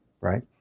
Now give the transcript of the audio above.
right